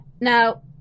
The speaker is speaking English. now